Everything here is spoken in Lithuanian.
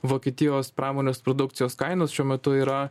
vokietijos pramonės produkcijos kainos šiuo metu yra